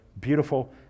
beautiful